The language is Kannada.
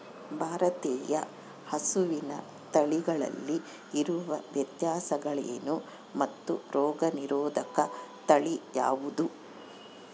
ಭಾರತೇಯ ಹಸುವಿನ ತಳಿಗಳಲ್ಲಿ ಇರುವ ವ್ಯತ್ಯಾಸಗಳೇನು ಮತ್ತು ರೋಗನಿರೋಧಕ ತಳಿ ಯಾವುದು?